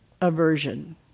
aversion